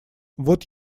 вот